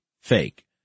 fake